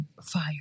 fire